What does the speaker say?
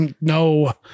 no